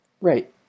Right